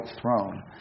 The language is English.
throne